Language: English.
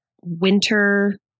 winter